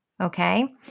okay